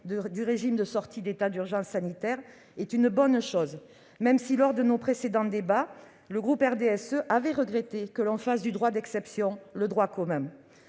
du régime de sortie d'état d'urgence sanitaire est une bonne chose, même si lors de nos précédents débats, le groupe RDSE avait regretté que l'on fasse du droit d'exception le droit commun.